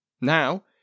Now